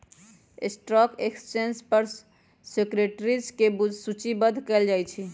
stock exchange पर securities के सूचीबद्ध कयल जाहइ